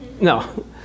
No